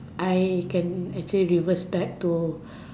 I can actually reverse back to